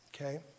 okay